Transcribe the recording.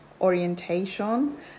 orientation